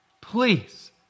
please